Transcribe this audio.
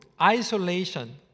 isolation